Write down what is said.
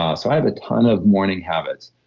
ah so i have a ton of morning habits.